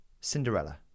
Cinderella